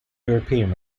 european